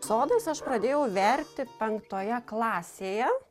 sodus aš pradėjau verti penktoje klasėje